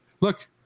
look